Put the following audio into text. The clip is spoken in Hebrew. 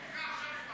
זה לא הולך